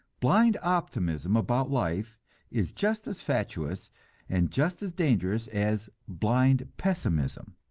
blind optimism about life is just as fatuous and just as dangerous as blind pessimism,